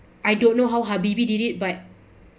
I don't know how habibie did it but